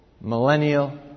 millennial